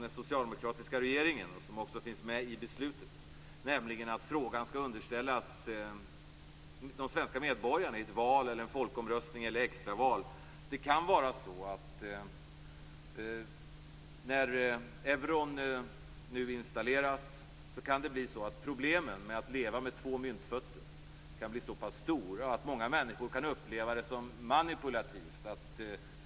Den socialdemokratiska regeringen, som står bakom beslutet, har dock sagt att frågan skall underställas de svenska medborgarna i ett val, en folkomröstning eller ett extraval. När euron nu installeras kan det bli så att de problem som är förenade med att leva med två myntfötter blir så stora att många människor kan känna sig manipulerade.